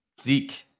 Zeke